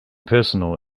personal